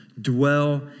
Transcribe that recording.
dwell